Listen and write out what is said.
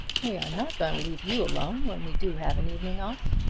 we are not going to leave you alone when we do have an evening off.